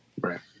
right